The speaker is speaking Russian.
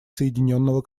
соединенного